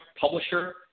publisher